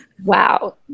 Wow